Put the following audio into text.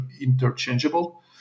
interchangeable